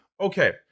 Okay